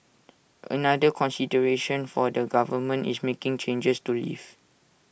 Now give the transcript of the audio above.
another consideration for the government is making changes to leave